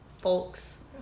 folks